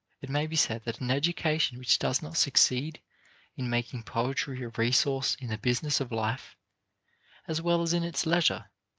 it may be said that an education which does not succeed in making poetry a resource in the business of life as well as in its leisure,